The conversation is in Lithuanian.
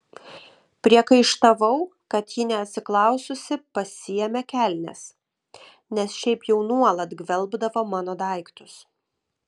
priekaištavau kad ji neatsiklaususi pasiėmė kelnes nes šiaip jau nuolat gvelbdavo mano daiktus